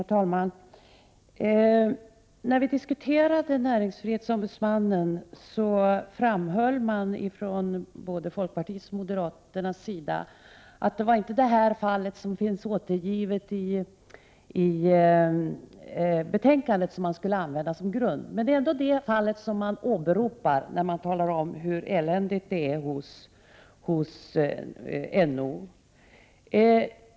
Herr talman! När vi diskuterade näringsfrihetsombudsmannen framhöll man både från folkpartiets och moderaternas sida att det inte var det fall som finns återgivet i betänkandet man skulle ha som grund. Men det är ändå det fallet man åberopar när man talar om hur eländigt det är hos NO.